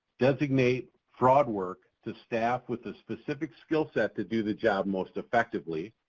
designate fraud work to staff with a specific skill set to do the job most effectively,